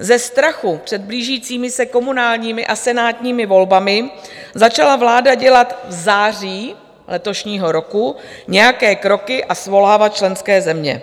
Ze strachu před blížícími se komunálními a senátními volbami začala vláda dělat v září letošního roku nějaké kroky a svolávat členské země.